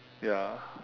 ya